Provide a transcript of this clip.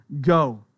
Go